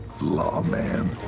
Lawman